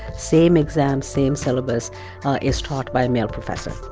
same exam, same syllabus is taught by a male professor